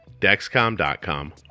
Dexcom.com